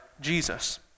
Jesus